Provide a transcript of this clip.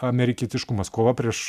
amerikietiškumas kova prieš